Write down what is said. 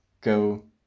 go